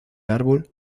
árbol